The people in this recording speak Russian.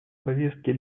повестке